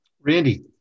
Randy